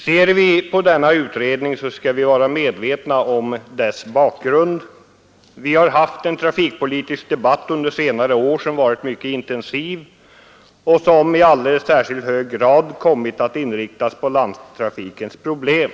När vi ser på denna utredning skall vi vara medvetna om utredningens bakgrund. Vi har haft en trafikpolitisk debatt under senare år som har varit mycket intensiv och som i alldeles särskilt hög grad har kommit att inriktas på landtrafikens problem.